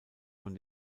von